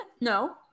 No